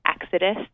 exodus